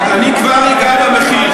אני כבר אגע במחיר.